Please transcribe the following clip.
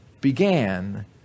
began